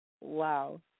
Wow